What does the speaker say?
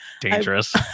dangerous